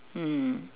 mm